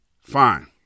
Fine